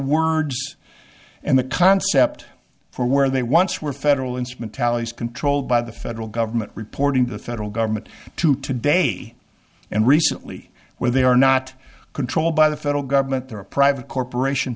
words and the concept for where they once were federal instrumentalities controlled by the federal government reporting the federal government to today and recently where they are not controlled by the federal government they're a private corporation